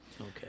Okay